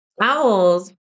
Owls